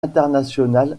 international